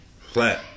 flat